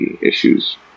issues